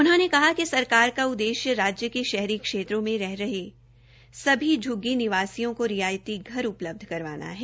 उन्होंने कहा कि सरकार का उद्देश्य राज्य के शहरी क्षेत्रों में रह रहे सभी झ्ग्गी निवासियों को रियायती घर उपलब्ध करवाना है